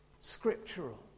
Scriptural